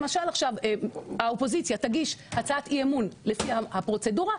למשל עכשיו האופוזיציה תגיש הצעת אי אמון לפי הפרוצדורה,